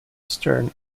stern